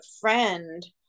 friend